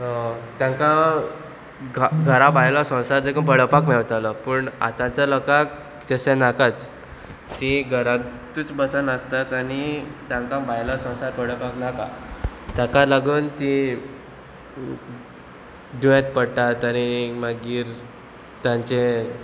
तांकां घरा भायलो संवसार तेका पळोवपाक मेळटालो पूण आतांच्या लोकांक जशें नाकाच ती घरांतूच बसन आसतात आनी तांकां भायलो संवसार पळोवपाक नाका ताका लागून ती दुयेंत पडटात आनी मागीर तांचे